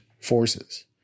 forces